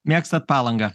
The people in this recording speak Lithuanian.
mėgstat palangą